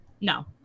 No